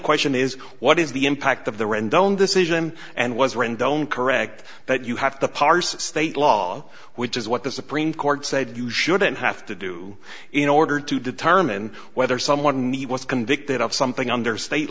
question is what is the impact of the rendon decision and was rendon correct that you have to parse state law which is what the supreme court said you shouldn't have to do in order to determine whether someone was convicted of something under state